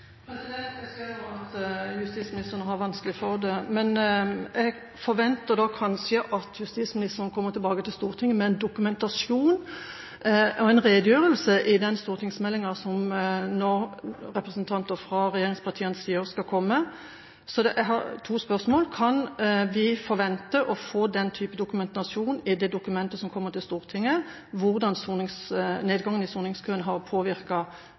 Jeg skjønner at justisministeren har vanskelig for å forstå det, men jeg forventer at justisministeren kommer tilbake til Stortinget med dokumentasjon og en redegjørelse i den stortingsmeldinga som representanter fra regjeringspartiene nå sier skal komme. Jeg har to spørsmål: Kan vi forvente å få den typen dokumentasjon i det dokumentet som kommer til Stortinget, om hvordan nedgangen i soningskøen har